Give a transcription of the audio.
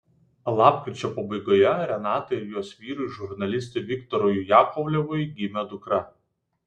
lapkričio pabaigoje renatai ir jos vyrui žurnalistui viktorui jakovlevui gimė dukra